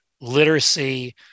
literacy